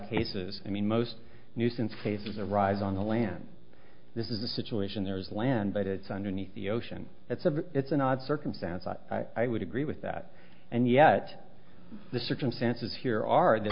cases i mean most nuisance faces arrive on the land this is the situation there is land but it's underneath the ocean it's a it's an odd circumstance i would agree with that and yet the circumstances here are th